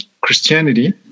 Christianity